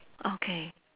okay